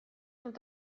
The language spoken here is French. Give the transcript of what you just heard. sont